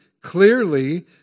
clearly